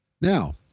Now